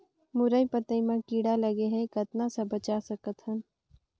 मुरई पतई म कीड़ा लगे ह कतना स बचा सकथन?